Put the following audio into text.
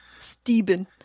Stephen